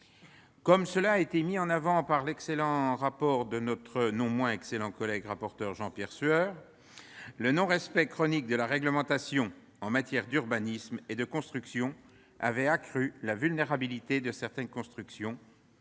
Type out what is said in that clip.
Comme cela a été mis en avant dans l'excellent rapport de notre non moins excellent collègue rapporteur Jean-Pierre Sueur, le non-respect chronique de la réglementation en matière d'urbanisme avait accru la vulnérabilité de certaines constructions